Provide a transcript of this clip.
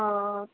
हँ